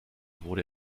wurde